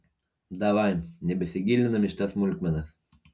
davai nebesigilinam į šitas smulkmenas